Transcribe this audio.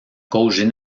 causent